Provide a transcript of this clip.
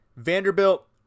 Vanderbilt